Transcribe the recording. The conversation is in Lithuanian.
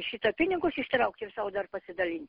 šitą pinigus ištraukti ir sau dar pasidalint